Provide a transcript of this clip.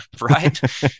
right